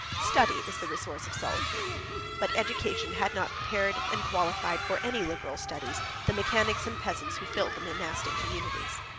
study is the resource of solitude but education had not prepared and qualified for any liberal studies the mechanics and peasants who filled the monastic communities.